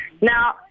Now